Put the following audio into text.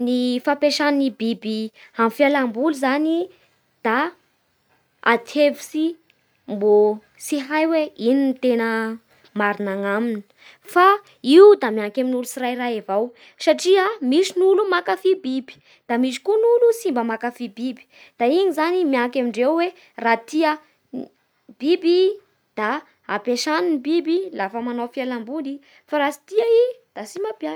Ny fampiasa ny biby amin'ny fialamboly zany da ady hevitsy mbôtsy hay hoe ino ny tena marigna agnaminy, fa io da mianky amin'ny olo tsirairay avao satria misy ny olo mankafy biby, da misy koa ny olo tsy mba manakfy biby, da igny zany mianky amindreo hoe raha tia biby da mampiesany ny biby lafa manao fialamboly i fa laha tsy tia i da tsy mampiasa.